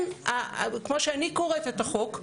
כמו שאני קוראת את החוק,